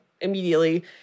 immediately